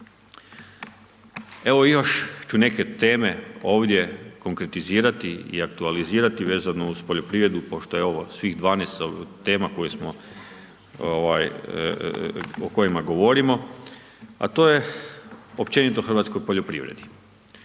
Evo još ću neke teme ovdje konkretizirati i aktualizirati vezano uz poljoprivredu pošto je ovo svih 12 tema o kojima govorimo, a to je općenito o hrvatskoj poljoprivredi.